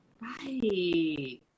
right